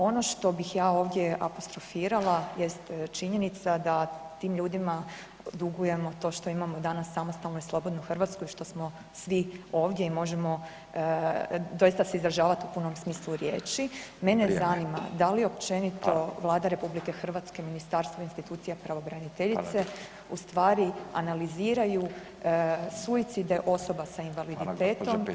Ono što bih ja ovdje apostrofirala jest činjenica da tim ljudima dugujemo to što imamo danas samostalnu i slobodnu Hrvatsku i što smo svi ovdje i možemo doista se izražavat u punom smislu riječi [[Upadica: Vrijeme]] Mene zanima da li općenito Vlada RH i Ministarstvo institucija pravobraniteljice u stvari analiziraju suicide osoba sa invaliditetom